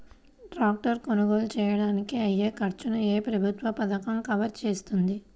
Tractor కొనుగోలు చేయడానికి అయ్యే ఖర్చును ఏ ప్రభుత్వ పథకం కవర్ చేస్తుంది?